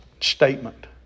statement